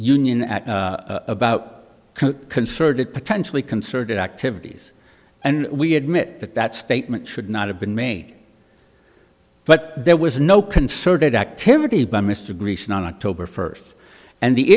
union about concerted potentially concerted activities and we admit that that statement should not have been made but there was no concerted activity by mr grecian on october first and the